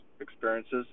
experiences